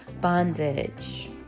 Bondage